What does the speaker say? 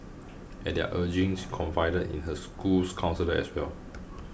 at their urging she confided in her school's counsellor as well